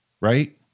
Right